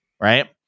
Right